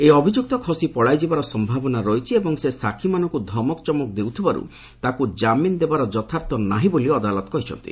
ଏହି ଅଭିଯୁକ୍ତ ଖସି ପଳାଇଯିବାର ସମ୍ଭାବନା ରହିଛି ଏବଂ ସେ ସାକ୍ଷୀମାନଙ୍କ ଧମକ ଚମକ ଦେଉଥିବାର୍ ତାକୁ ଜାମିନ୍ ଦେବାର ଯଥାର୍ଥତା ନାହିଁ ବୋଲି ଅଦାଲତ କହିଛନ୍ତି